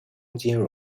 金融